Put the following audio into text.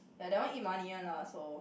ya that one eat money one lah so